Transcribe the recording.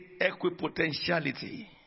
equipotentiality